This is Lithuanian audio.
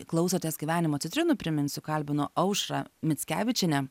klausotės gyvenimo citrinų priminsiu kalbinu aušrą mickevičienę